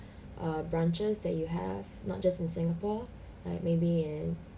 err branches that you have not just in singapore like maybe in